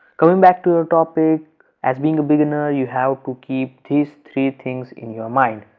coming back to your topic as being a beginner you have to keep these three things in your mind.